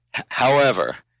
however,